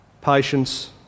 patience